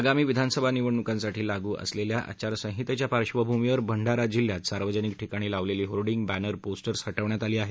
आगामी विधानसभा निवडणुकांसाठी लागू असलेल्या आचार संहितेच्या पार्वभूमीवर भंडारा जिल्ह्यात सार्वजनिक ठिकाणी लावलेली होर्डिंग बत्ति पोस्टर्स हटवण्यात आली आहेत